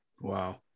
Wow